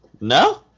No